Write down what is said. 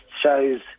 shows